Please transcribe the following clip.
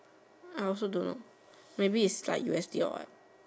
I also don't know Maybe is like u_s_d or what